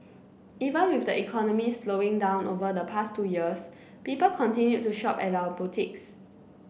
even with the economy slowing down over the past two years people continued to shop at our boutiques